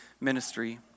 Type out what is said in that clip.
ministry